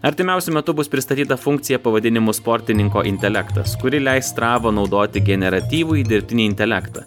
artimiausiu metu bus pristatyta funkcija pavadinimu sportininko intelektas kuri leis strava naudoti generatyvųjį dirbtinį intelektą